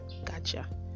gotcha